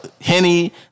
Henny